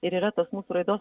ir yra tos mūsų raidos